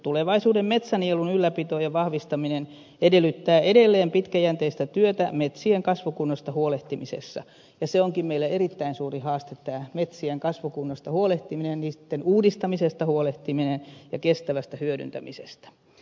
tulevaisuuden metsänielun ylläpito ja vahvistaminen edellyttää edelleen pitkäjänteistä työtä metsien kasvukunnosta huolehtimisessa ja meille onkin erittäin suuri haaste tämä metsien kasvukunnosta niitten uudistamisesta ja kestävästä hyödyntämisestä huolehtiminen